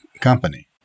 company